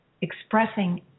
expressing